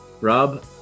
Rob